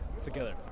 together